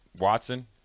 Watson